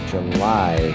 July